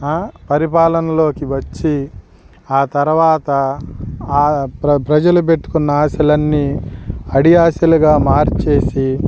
పరిపాలనలోకి వచ్చి ఆ తరువాత ప్ర ప్రజలు పెట్టుకున్న ఆశాలన్నీ అడియాశలుగా మార్చేసి